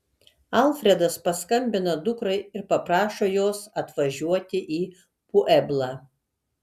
alfredas paskambina dukrai ir paprašo jos atvažiuoti į pueblą